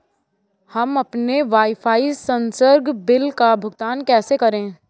हम अपने वाईफाई संसर्ग बिल का भुगतान कैसे करें?